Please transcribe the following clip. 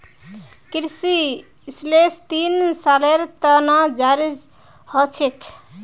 कृषि लाइसेंस तीन सालेर त न जारी ह छेक